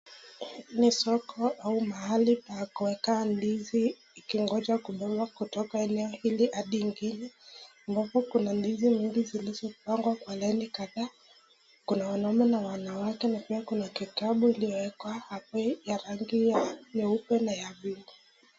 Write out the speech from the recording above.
Ni soko au mahali pa kuweka ndizi ikingoja kutoka eneo hili hadi ingine, kuna ndizi zilizopangwa kwa laini kadhaa kuna wanaume na wanawake, hapa kuna kitabu iliyowekwa ya rangi nyeupe na ya buluu